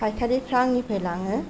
फायखारिफोरा आंनिफ्राय लाङो